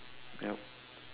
yup